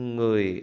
Người